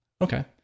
Okay